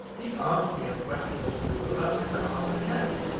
he asked me a question or two about mr. arthur channing,